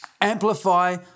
Amplify